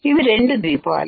ఇవి రెండు ద్వీపాలు